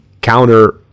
counter